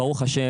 ברוך ה',